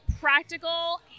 practical